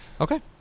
Okay